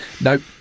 Nope